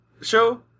show